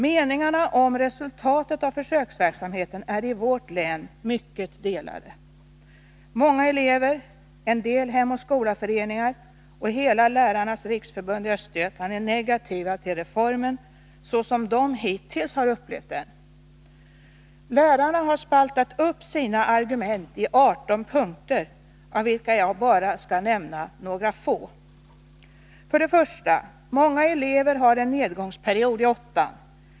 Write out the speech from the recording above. Meningarna om resultatet av försöksverksamheten är i vårt län mycket delade. Många elever, en hel del Hem och skola-föreningar samt hela Lärarnas riksförbund i Östergötland är negativa till reformen såsom de hittills har upplevt den. Lärarna har spaltat upp sina argument i 18 punkter, av vilka jag bara skall nämna några få: 1. Många elever har en nedgångsperiod i åttan.